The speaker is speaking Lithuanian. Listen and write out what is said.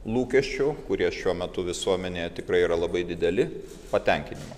lūkesčių kurie šiuo metu visuomenėje tikrai yra labai dideli patenkinimo